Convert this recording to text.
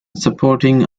supporting